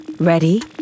Ready